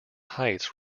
heights